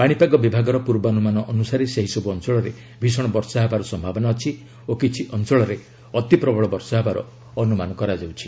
ପାଶିପାଗ ବିଭାଗର ପୂର୍ବାନୁମାନ ଅନୁସାରେ ସେହିସବୁ ଅଞ୍ଚଳରେ ଭୀଷଣ ବର୍ଷା ହେବାର ସମ୍ଭାବନା ଅଛି ଓ କିଛି ଅଞ୍ଚଳରେ ଅତିପ୍ରବଳ ବର୍ଷା ହେବାର ଅନୁମାନ କରାଯାଉଛି